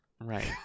right